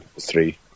three